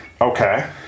Okay